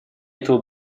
этого